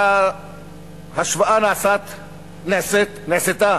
ההשוואה נעשתה